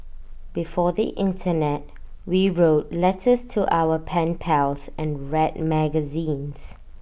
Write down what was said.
before the Internet we wrote letters to our pen pals and read magazines